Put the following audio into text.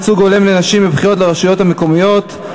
ייצוג הולם לנשים בבחירות לרשויות המקומיות),